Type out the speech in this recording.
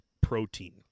protein